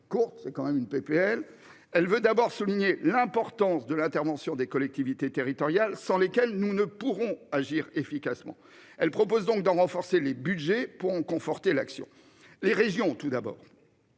courte c'est quand même une PPL elle veut d'abord souligner l'importance de l'intervention des collectivités territoriales sans lesquelles nous ne pourrons agir efficacement. Elle propose donc d'en renforcer les Budgets pour conforter l'action les régions tout d'abord.